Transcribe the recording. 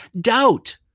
doubt